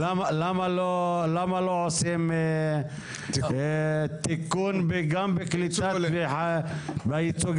אבל אתה יודע, אנשים גם לא תמיד מסתכלים על סמסים.